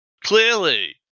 Clearly